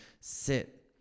sit